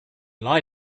lie